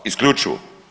Isključivo.